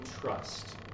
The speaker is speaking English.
trust